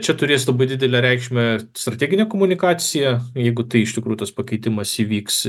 čia turės labai didelę reikšmę ir strateginė komunikacija jeigu tai iš tikrųjų tas pakeitimas įvyks